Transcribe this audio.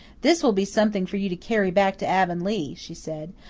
this will be something for you to carry back to avonlea, she said.